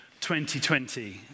2020